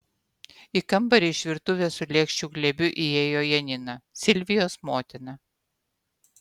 į kambarį iš virtuvės su lėkščių glėbiu įėjo janina silvijos motina